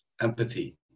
empathy